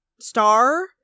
star